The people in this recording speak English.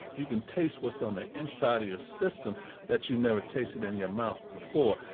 you can taste what's on the inside of your system that you never tasted in your mouth before.